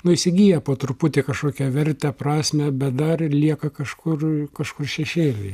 nu įsigiję po truputį kažkokią vertę prasmę bet dar ir lieka kažkur kažkur šešėlyje